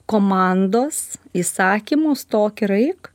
komandos įsakymų stok ir eik